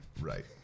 Right